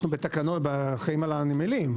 אנחנו אחראים על הנמלים.